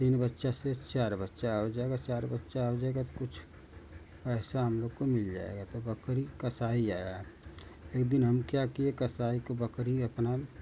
तीन बच्चों से चार बच्चे हो जाएँगे चार बच्चे हो जाएँगे कुछ पैसा हम लोग को मिल जाएगा तो बकरी कसाई आया है एक दिन हम क्या किए कसाई को बकरी अपना